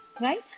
right